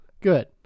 Good